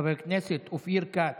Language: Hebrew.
חבר הכנסת אופיר כץ,